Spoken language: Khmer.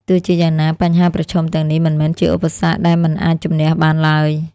ទោះជាយ៉ាងណា បញ្ហាប្រឈមទាំងនេះមិនមែនជាឧបសគ្គដែលមិនអាចជម្នះបានឡើយ។